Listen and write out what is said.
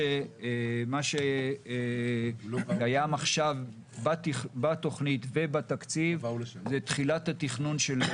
מה שקיים עכשיו בתוכנית ובתקציב זה תחילת התכנון של